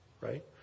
right